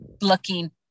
looking